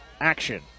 action